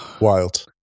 Wild